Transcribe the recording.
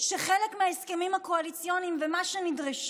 שזה חלק מההסכמים הקואליציוניים ומה שנדרש